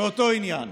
באותו עניין,